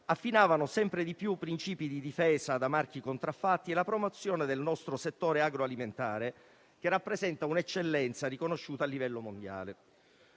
affinavano sempre di più principi di difesa da marchi contraffatti e la promozione del nostro settore agroalimentare, che rappresenta un'eccellenza riconosciuta a livello mondiale.